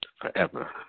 forever